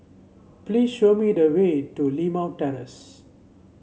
please show me the way to Limau Terrace